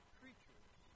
creatures